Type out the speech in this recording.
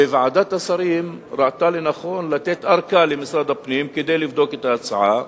וועדת השרים ראתה לנכון לתת ארכה למשרד הפנים כדי לבדוק את ההצעה.